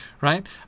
right